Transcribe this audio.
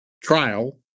trial